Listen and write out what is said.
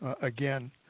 again